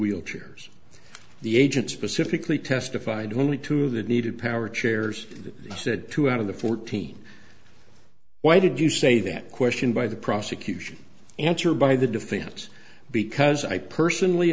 wheelchairs the agent specifically testified only to the needed power chairs said two out of the fourteen why did you say that question by the prosecution answer by the defense because i personally